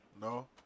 No